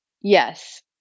Yes